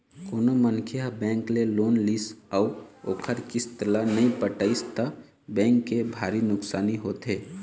कोनो मनखे ह बेंक ले लोन लिस अउ ओखर किस्त ल नइ पटइस त बेंक के भारी नुकसानी होथे